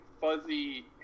fuzzy